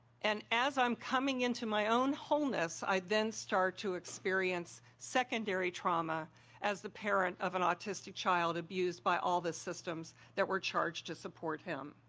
and as i'm coming into my own wholeness, i then start to experience secondary trauma as the parent of an autistic child abused by all the ises that were charged to support him.